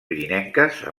pirinenques